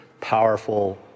powerful